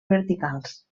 verticals